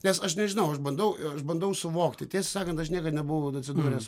nes aš nežinau aš bandau aš bandau suvokti tiesą sakant aš niekad nebuvau atsidūręs